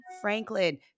Franklin